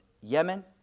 Yemen